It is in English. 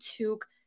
took